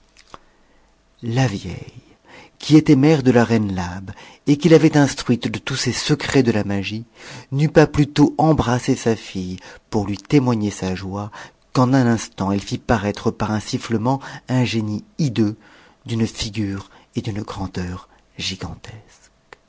la vieille qui était mère de la reine labe et qui l'avait instruite de tous ses secrets de la magie n'eut pas plutôt embrassé sa fille pour lui témoigner sa joie qu'en un instant elle fit paraître par un simement nu génie hideux d'une figure et d'une grandeur gigantesques